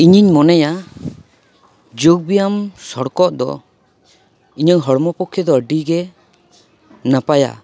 ᱤᱧᱤᱧ ᱢᱚᱱᱮᱭᱟ ᱡᱳᱜ ᱵᱮᱭᱟᱢ ᱥᱚᱲᱠᱚᱜ ᱫᱚ ᱤᱧᱟᱹᱝ ᱦᱚᱲᱢᱚ ᱯᱚᱠᱷᱮ ᱫᱚ ᱟᱹᱰᱤ ᱜᱮ ᱱᱟᱯᱟᱭᱟ